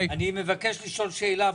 אני מבקש לשאול שאלה,